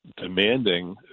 demanding